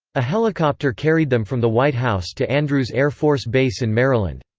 a helicopter carried them from the white house to andrews air force base in maryland.